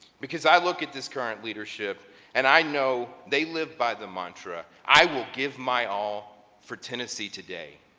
because i look at this current leadership and i know they live by the mantra, i will give my all for tennessee today